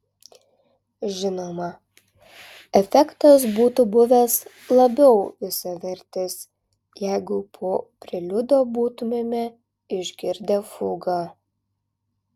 žinoma efektas būtų buvęs labiau visavertis jeigu po preliudo būtumėme išgirdę fugą